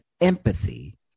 empathy